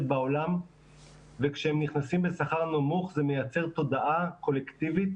בעולם וכשהם נכנסים בשכר נמוך זה מייצר תודעה קולקטיבית